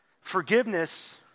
Forgiveness